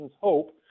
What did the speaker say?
hope